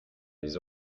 les